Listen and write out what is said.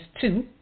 two